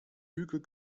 hügel